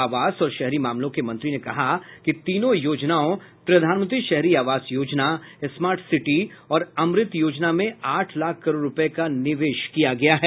आवास और शहरी मामलों के मंत्री ने कहा कि तीनों योजनाओं प्रधानमंत्री शहरी आवास योजना स्मार्ट सिटी और अमृत में आठ लाख करोड़ रुपये का निवेश किया गया है